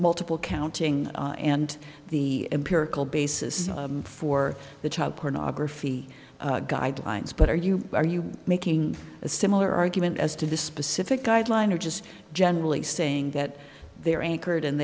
multiple counting and the empirical basis for the child pornography guidelines but are you are you making a similar argument as to the specific guidelines or just generally saying that they are an